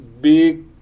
Big